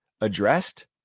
addressed